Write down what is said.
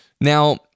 Now